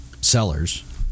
sellers